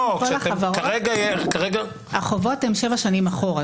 לא, כשאתם כרגע --- החובות הם שבע שנים אחורה.